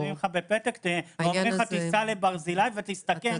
כותבים לך בפתק: תיסע לברזילי ותסתכן